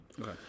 Okay